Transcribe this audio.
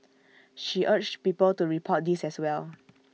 she urged people to report these as well